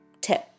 tip